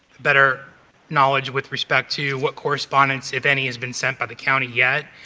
better knowledge with respect to what correspondence, if any, has been sent by the county yet.